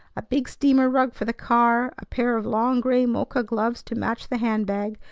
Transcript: a big steamer rug for the car, a pair of long gray mocha gloves to match the hand-bag,